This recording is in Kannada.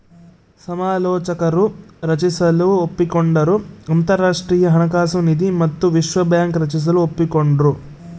ಸಮಾಲೋಚಕರು ರಚಿಸಲು ಒಪ್ಪಿಕೊಂಡರು ಅಂತರಾಷ್ಟ್ರೀಯ ಹಣಕಾಸು ನಿಧಿ ಮತ್ತು ವಿಶ್ವ ಬ್ಯಾಂಕ್ ರಚಿಸಲು ಒಪ್ಪಿಕೊಂಡ್ರು